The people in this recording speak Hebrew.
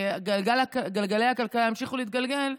וגלגלי הכלכלה ימשיכו להתגלגל,